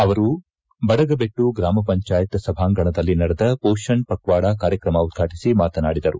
ಅವರು ಬಡಗಬೆಟ್ಟು ಗ್ರಾಮ ಪಂಚಾಯತ್ ಸಭಾಂಗಣದಲ್ಲಿ ನಡೆದ ಸೋಷಣ್ ಪಕ್ವಾಡ ಕಾರ್ಯಕ್ರಮ ಉದ್ಘಾಟಿಸಿ ಮಾತನಾಡಿದರು